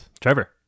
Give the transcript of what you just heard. trevor